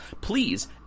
Please